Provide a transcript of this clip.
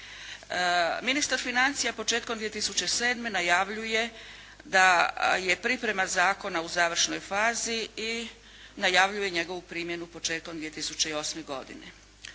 Ministar financija početkom 2007. najavljuje da je priprema zakona u završnoj fazi i najavljuje njegovu primjenu početkom 2008. godine.